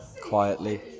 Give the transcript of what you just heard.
quietly